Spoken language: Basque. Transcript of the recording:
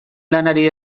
lanari